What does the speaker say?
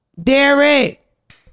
Derek